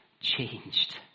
changed